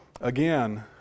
Again